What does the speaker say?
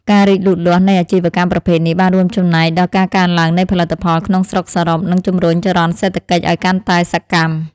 ការរីកលូតលាស់នៃអាជីវកម្មប្រភេទនេះបានរួមចំណែកដល់ការកើនឡើងនៃផលិតផលក្នុងស្រុកសរុប និងជម្រុញចរន្តសេដ្ឋកិច្ចឲ្យកាន់តែសកម្ម។